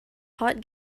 hot